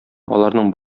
аларның